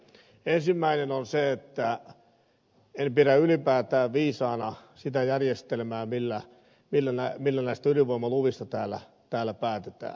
ensimmäinen on se että en pidä ylipäätään viisaana sitä järjestelmää millä näistä ydinvoimaluvista täällä päätetään